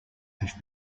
have